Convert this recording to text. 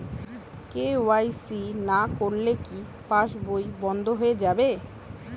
KYC না করলে কি পাশবই বন্ধ হয়ে যাবে?